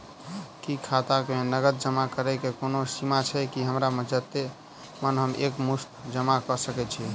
की खाता मे नगद जमा करऽ कऽ कोनो सीमा छई, की हमरा जत्ते मन हम एक मुस्त जमा कऽ सकय छी?